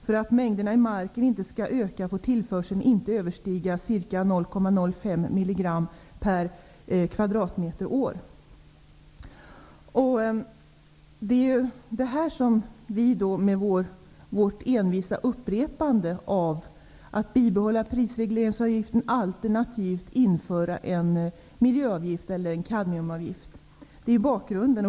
För att mängderna i marken inte skall öka får tillförseln inte överstiga ca 0,05 mg per kvadratmeter och år. Det är det här som vi har avsett med vårt envisa upprepande av att bibehålla prisregleringsavgiften alternativt införa en miljöavgift eller en kadmiumavgift. Det är bakgrunden.